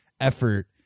effort